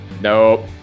Nope